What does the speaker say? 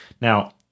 Now